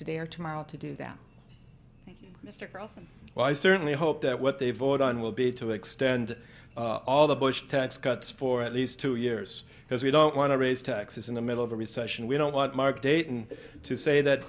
today or tomorrow to do that mr carlson well i certainly hope that what they vote on will be to extend all the bush tax cuts for at least two years because we don't want to raise taxes in the middle of a recession we don't want mark dayton to say that